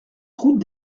route